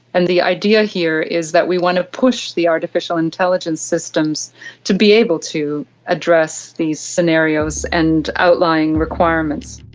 and the idea here is that we want to push the artificial intelligence systems to be able to address these scenarios and outlying requirements.